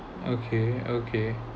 okay okay